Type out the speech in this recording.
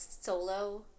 solo